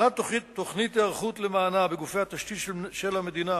הכנת תוכנית היערכות למענה בגופי התשתית של המדינה